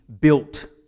built